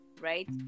right